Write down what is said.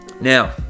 Now